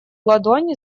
ладонь